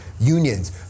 unions